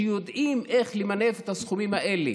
שיודעים איך למנף את הסכומים האלה